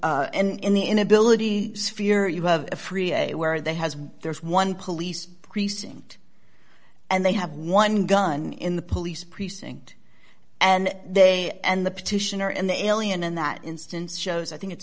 in the inability sphere you have a free a where that has there's one police precinct and they have one gun in the police precinct and they and the petitioner and the alien in that instance shows i think it's